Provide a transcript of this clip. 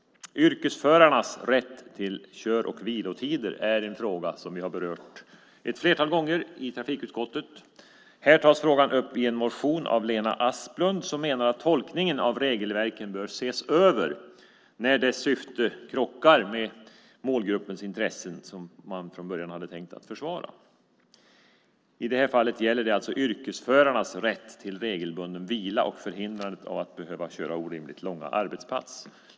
Yrkesförarnas rätt till kör och vilotider är en fråga som vi har berört ett flertal gånger i trafikutskottet. Här tas den upp i en motion av Lena Asplund som menar att tolkningen av regelverken bör ses över när dess syfte krockar med målgruppens intressen som man från början hade tänkt försvara. I detta fall gäller det yrkesförarnas rätt till regelbunden vila och förhindrandet av att behöva köra orimligt långa arbetspass.